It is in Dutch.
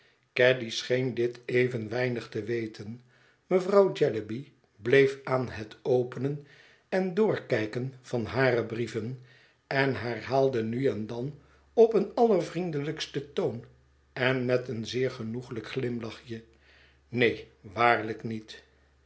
caddy scheen dit even weinig te weten mevrouw jellyby bleef aan het openen en doorkijken van hare brieven en herhaalde nu en dan op een allervriendelijkstén toon en met een zeer genoeglijk glimlachje neen waarlijk niet